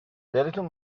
دلتان